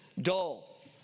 dull